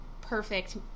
perfect